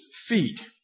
feet